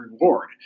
reward